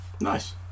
Nice